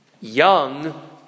young